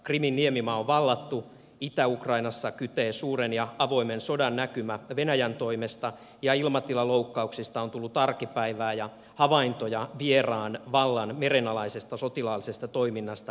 krimin niemimaa on vallattu itä ukrainassa kytee suuren ja avoimen sodan näkymä venäjän toimesta ilmatilaloukkauksista on tullut arkipäivää ja havaintoja vieraan vallan merenalaisesta sotilaallisesta toiminnasta itämerellä on tehty